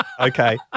Okay